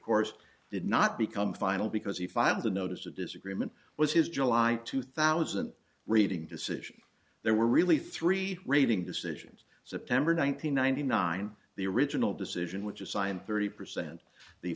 course did not become final because he filed a notice of disagreement was his july two thousand reading decision there were really three raving decisions september one thousand nine hundred nine the original decision which was signed thirty percent the